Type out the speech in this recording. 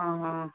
অঁ অঁ